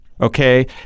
okay